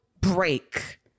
break